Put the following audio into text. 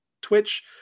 Twitch